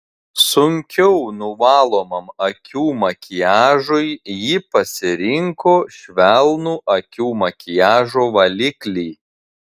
sunkiau nuvalomam akių makiažui ji pasirinko švelnų akių makiažo valiklį